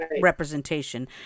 representation